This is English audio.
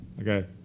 Okay